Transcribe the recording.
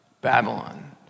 Babylon